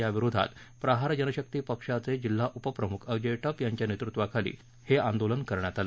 याविरोधात प्रहार जनशक्ती पक्षाचे जिल्हा उपप्रमुख अजय टप यांच्या नेतृत्वाखाली हे आंदोलन करण्यात आलं